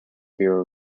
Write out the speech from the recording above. bureau